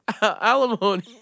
alimony